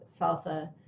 salsa